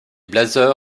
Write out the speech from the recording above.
blazers